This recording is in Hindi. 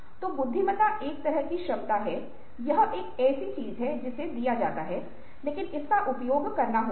तो बुद्धिमत्ता एक तरह की क्षमता है यह एक ऐसी चीज है जिसे दिया जाता है लेकिन इसका उपयोग करना होता है